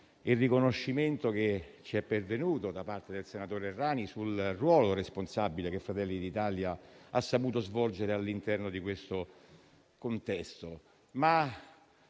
il riconoscimento che ci è pervenuto, da parte del senatore Errani, sul ruolo responsabile che Fratelli d'Italia ha saputo svolgere all'interno di questo contesto.